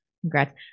congrats